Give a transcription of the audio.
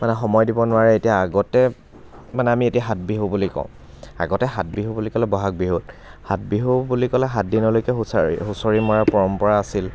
মানে সময় দিব নোৱাৰে এতিয়া আগতে মানে আমি এতিয়া সাত বিহু বুলি কওঁ আগতে সাত বিহু বুলি ক'লে বহাগ বিহু সাত বিহু বুলি ক'লে সাত দিনলৈকে হুঁচাৰি হুঁচৰি মৰা পৰম্পৰা আছিল